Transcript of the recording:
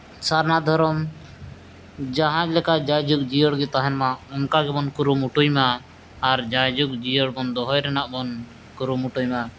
ᱥᱟᱨᱱᱟ ᱫᱷᱚᱨᱚᱢ ᱡᱟᱦᱟᱸ ᱞᱮᱠᱟ ᱡᱟᱭ ᱡᱩᱜᱽ ᱡᱤᱭᱟᱹᱲ ᱜᱮ ᱛᱟᱦᱮᱱᱢᱟ ᱚᱱᱠᱟ ᱜᱮᱵᱚᱱ ᱠᱩᱨᱩᱢᱩᱴᱩᱭᱢᱟ ᱟᱨ ᱡᱟᱭ ᱡᱩᱜᱽ ᱡᱤᱭᱟᱹᱲ ᱵᱚᱱ ᱫᱚᱦᱚᱭ ᱨᱮᱱᱟᱜ ᱵᱚᱱ ᱠᱩᱨᱩᱢᱩᱴᱩᱭᱢᱟ